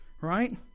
right